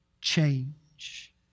change